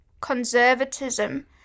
conservatism